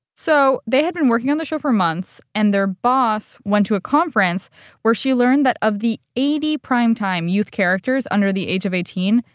so they had been working on the show for months, and their boss went to a conference where she learned that of the eighty prime-time youth characters under the age of eighteen,